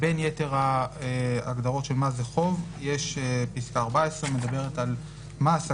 בין יתר ההגדרות של מהו חוב פסקה (14) מדברת על מס,